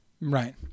Right